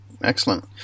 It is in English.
Excellent